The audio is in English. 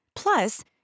Plus